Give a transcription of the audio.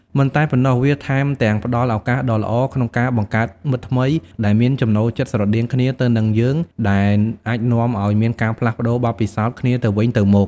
មិនតែប៉ុណ្ណោះ វាថែមទាំងផ្ដល់ឱកាសដ៏ល្អក្នុងការបង្កើតមិត្តថ្មីដែលមានចំណូលចិត្តស្រដៀងគ្នាទៅនឹងយើង ដែលអាចនាំឱ្យមានការផ្លាស់ប្ដូរបទពិសោធន៍គ្នាទៅវិញទៅមក។